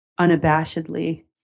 unabashedly